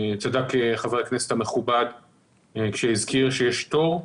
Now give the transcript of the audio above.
צדק חבר הכנסת המכובד כשהזכיר שיש תור.